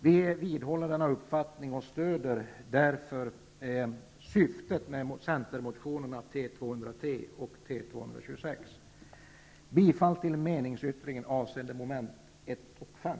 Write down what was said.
Vi vidhåller denna uppfattning och stöder därför syftet med centermotionerna Jag yrkar bifall till meningsyttringen avseende mom. 1 och 5.